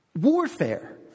Warfare